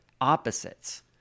opposites